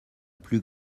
plus